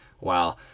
Wow